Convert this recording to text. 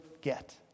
get